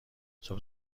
صبح